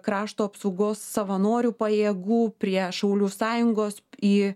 krašto apsaugos savanorių pajėgų prie šaulių sąjungos į